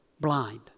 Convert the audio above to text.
blind